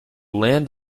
land